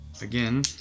again